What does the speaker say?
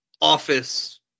office